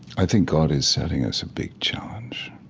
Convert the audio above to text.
i think god is setting us a big challenge,